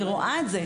אני רואה את זה.